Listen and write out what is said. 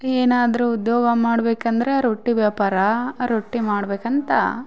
ಏನಾದರು ಉದ್ಯೋಗ ಮಾಡಬೇಕಂದ್ರೆ ರೊಟ್ಟಿ ವ್ಯಾಪಾರ ರೊಟ್ಟಿ ಮಾಡಬೇಕಂತ